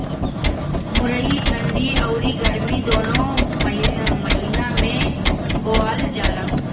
मुरई ठंडी अउरी गरमी दूनो महिना में बोअल जाला